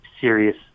serious